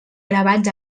gravats